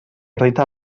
rita